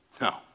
No